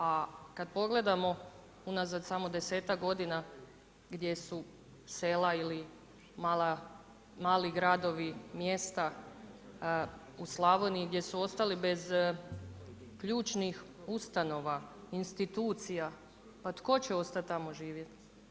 A kad pogledamo unazad samo desetak godina gdje su sela ili mali gradovi, mjesta u Slavoniji gdje su ostali bez ključnih ustanova, institucija, pa tko će ostati tamo živjeti?